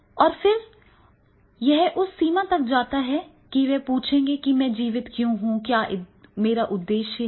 और फिर यह उस सीमा तक जा सकता है कि वे पूछेंगे कि मैं जीवित क्यों हूं और किस उद्देश्य से हूं